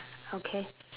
okay